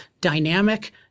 dynamic